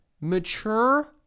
mature